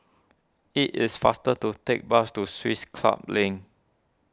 it is faster to take bus to Swiss Club Link